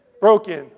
broken